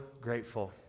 grateful